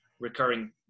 recurring